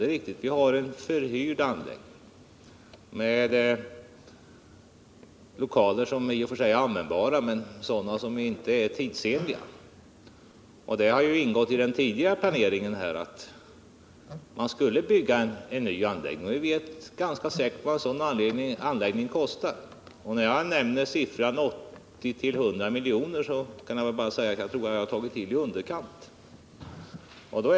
Det är riktigt; vi har en förhyrd anläggning med lokaler som i och för sig är användbara men inte är tidsenliga. Det har ingått i den tidigare planeringen att vi skulle bygga en ny anläggning. Vi vet ganska säkert vad en sådan skulle kosta. När jag nämner siffrorna 80-100 miljoner har jag tagit till i underkant.